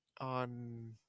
on